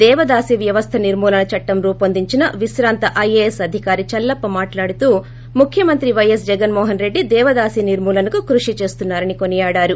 దేవదాసీ వ్యవస్థ నిర్మూలన చట్టం రూపొందించిన విశ్రాంత ఐఏఎస్ అధికారి చల్లప్పా మాట్లాడుతూ ముఖ్యమంత్రి పైఎస్ జగన్మోహన్రెడ్డి దేవదాసీ నిర్మూలనకు కృషి చేస్తున్నారని కొనియాడారు